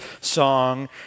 song